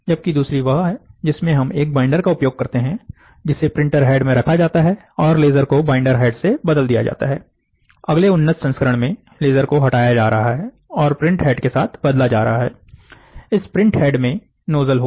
जबकि दूसरी वह है जिसमें हम एक बाइंडर का उपयोग करते हैं जिसे प्रिंटर हेड में रखा जाता है और लेजर को बाइंडर हेड से बदल दिया जाता है अगले उन्नत संस्करण में लेजर को हटाया जा रहा है और प्रिंटहेड के साथ बदला जा रहा है इस प्रिंटहेड में नोजल होगा